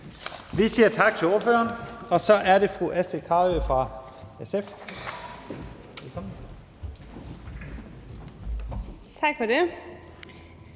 Vi siger tak til ordføreren, og så er det fru Astrid Carøe fra SF.